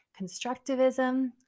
constructivism